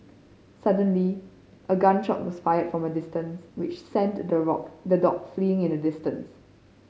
suddenly a gun shot was fired from a distance which sent the the dog fleeing in an distance